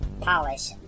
polish